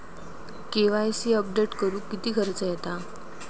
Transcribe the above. KYC update करुक किती खर्च येता?